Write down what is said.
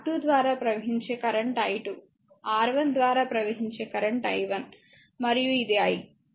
R2 ద్వారా ప్రవహించే current i2 R1 ద్వారా ప్రవహించే కరెంట్ i1 మరియు ఇది i